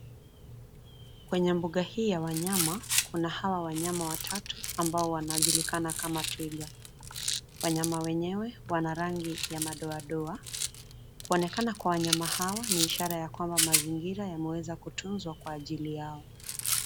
Kwenye mbuga hii ya wanyama, kuna hawa wanyama watatu ambao wanajulikana kama twiga. Wanyama wenyewe wana rangi ya madoadoa. Kuonekana kwa wanyama hawa ni ishara ya kwamba mazingira yameweza kutunzwa kwa ajili yao.